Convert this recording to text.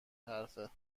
حرفه